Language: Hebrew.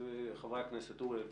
חבר הכנסת בוסו, בבקשה.